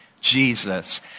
Jesus